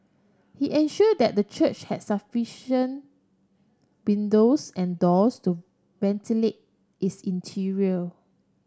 he ensure that the church had sufficient windows and doors to ventilate its interior